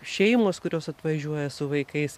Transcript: šeimos kurios atvažiuoja su vaikais